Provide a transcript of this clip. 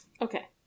Okay